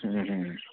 ಹ್ಞೂ ಹ್ಞೂ